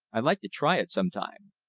i'd like to try it sometime.